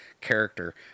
character